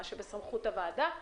מה שבסמכות הוועדה.